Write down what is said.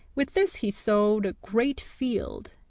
with this he sowed a great field,